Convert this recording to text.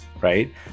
right